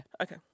Okay